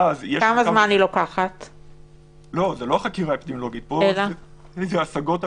אבל הענקנו לוועדה את הסמכות גם לבטל ובעצם להתערב בתקנות,